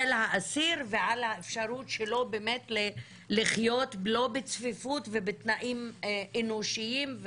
האסיר ועל האפשרות שלו באמת לחיות לא בצפיפות ובתנאים אנושיים,